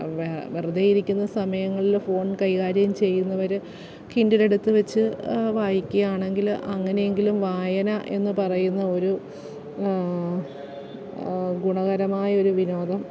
വെ വെറുതെയിരിക്കുന്ന സമയങ്ങളില് ഫോൺ കൈകാര്യം ചെയ്യുന്നവര് കിൻഡിലെടുത്തു വെച്ച് വായിക്കുകയാണെങ്കില് അങ്ങനെയെങ്കിലും വായന എന്ന് പറയുന്ന ഒരു ഗുണകരമായൊരു വിനോദം